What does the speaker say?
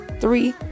three